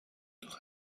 durch